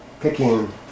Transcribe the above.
picking